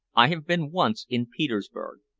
i have been once in petersburg.